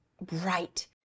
bright